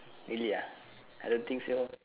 really ah I don't think so